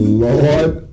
lord